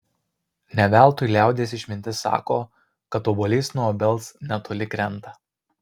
ne veltui liaudies išmintis sako kad obuolys nuo obels netoli krenta